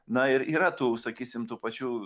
na ir yra tų sakysim tų pačių